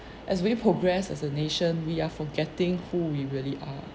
as we progress as a nation we are forgetting who we really are